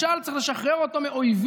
משל צריך לשחרר אותו מאויבים.